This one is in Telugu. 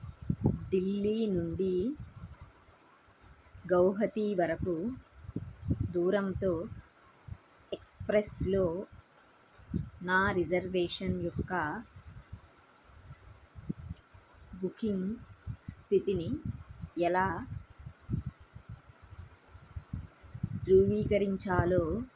ఢిల్లీ నుండి గౌహతీ వరకు దూరంతో ఎక్స్ప్రెస్లో నా రిజర్వేషన్ యొక్క బుకింగ్ స్థితిని ఎలా ధృవీకరించాలో